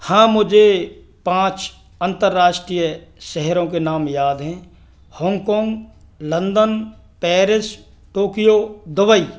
हाँ मुझे पाँच अंतरराष्ट्रीय शहरों के नाम याद हैं Hong Kong London Paris Tokyo Dubai